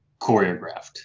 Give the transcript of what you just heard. choreographed